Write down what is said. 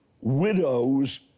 widows